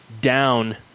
down